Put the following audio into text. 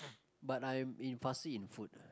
but I'm in fussy in food ah